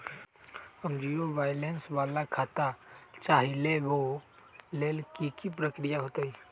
हम zero balance वाला खाता चाहइले वो लेल की की प्रक्रिया होतई?